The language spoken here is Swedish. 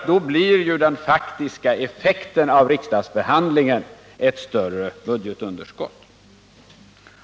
Den faktiska effekten av riksdagsbehandlingen blir nämligen då ett större budgetunderskott.